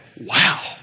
Wow